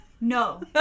no